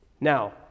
Now